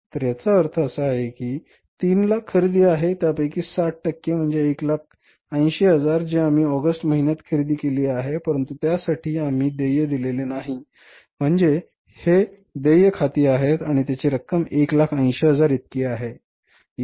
तर याचा अर्थ असा आहे की 300000 खरेदी आहे त्यापैकी 60 टक्के म्हणजे 180000 जे आम्ही ऑगस्ट महिन्यात खरेदी केले आहे परंतु त्यासाठी आम्ही देय दिलेले नाही म्हणजे ही देय खाती आहेत आणि त्याची रक्कम 180000 इतकी आहे बरोबर